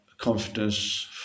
confidence